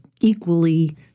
equally